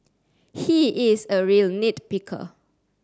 he is a real nit picker